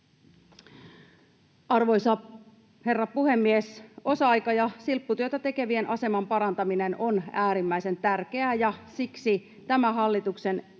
Arvoisa herra puhemies! Osa-aika- ja silpputyötä tekevien aseman parantaminen on äärimmäisen tärkeää, ja siksi tämä hallituksen